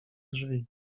drzwi